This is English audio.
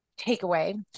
takeaway